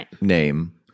name